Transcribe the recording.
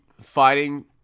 fighting